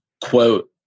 quote